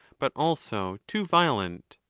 but also too violent.